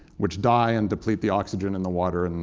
which die and deplete the oxygen in the water, and